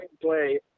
play